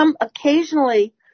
Occasionally